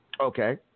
Okay